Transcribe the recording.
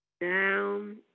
down